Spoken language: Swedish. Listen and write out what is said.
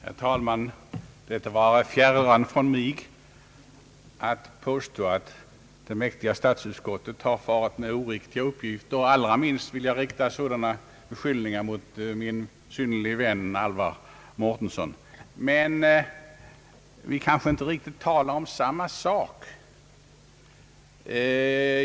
Herr talman! Det vare mig fjärran att påstå att det mäktiga statsutskottet har farit med oriktiga uppgifter, och allra minst vill jag rikta sådana beskyllningar mot min gode vän herr Mårtensson. Men vi kanske inte talar riktigt om samma sak.